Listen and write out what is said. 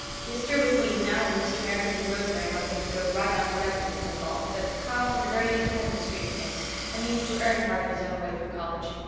he is through with queen's now and mr. meredith and rosemary wanted him to go right on to redmond in the fall, but carl has a very independent streak in him and means to earn part of his own way through college.